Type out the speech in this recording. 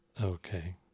Okay